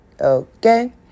okay